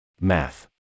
Math